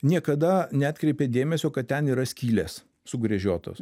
niekada neatkreipė dėmesio kad ten yra skylės sugręžiotos